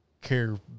care